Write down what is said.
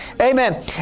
Amen